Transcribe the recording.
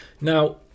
Now